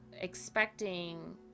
expecting